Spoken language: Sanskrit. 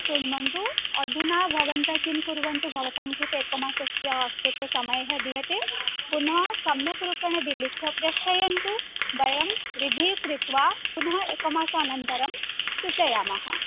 आ श्रुण्वन्तु अधुना भवन्तः किं कुर्वन्तु भवतां कृते एकमासस्य कृते समयः दीयते पुनः सम्यक् रूपेण विलिख्य प्रेषयन्तु वयं रिव्यू कृत्वा पुनः एकमासानन्तरं सूचयामः